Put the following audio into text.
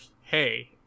Hey